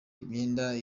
imyenda